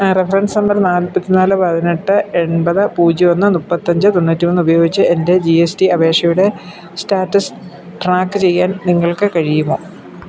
reference number നാൽപ്പത്തി നാല് പതിനെട്ട് എൺപത് പൂജ്യം ഒന്ന് മുപ്പത്തിയഞ്ച് തൊണ്ണൂറ്റി മൂന്ന് ഉപയോഗിച്ച് എൻ്റെ ജി എസ് ടി അപേക്ഷയുടെ സ്റ്റാറ്റസ് ട്രാക്ക് ചെയ്യാൻ നിങ്ങൾക്കു കഴിയുമോ